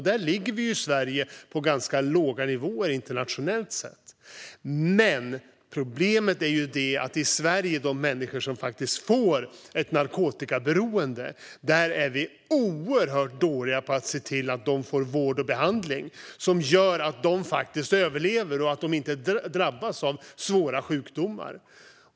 Sverige ligger på ganska låga nivåer internationellt sett. Men när det gäller de människor som faktiskt får ett narkotikaberoende är problemet att vi i Sverige är oerhört dåliga på att se till att de får vård och behandling som gör att de överlever och inte drabbas av svåra sjukdomar.